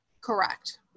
Correct